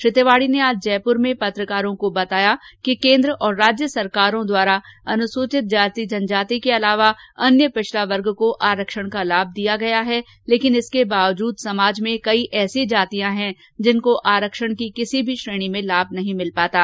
श्री तिवाड़ी ने आज जयपुर में पत्रकारों को बताया कि केन्द्र और राज्य सरकारों द्वारा अनुसूचित जाति और जनजाति के अलावा अन्य पिछड़ा वर्ग को आरक्षण का लाभ दिया गया है लेकिन इसके बावजूद समाज में कई ऐसी जांतियां हैं जिनको आरक्षण की किसी भी श्रेणी में लाभ नहीं मिल पाता है